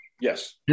Yes